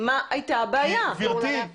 מה הייתה הבעיה לאפשר לה להפגין?